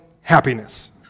happiness